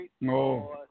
No